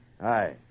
Aye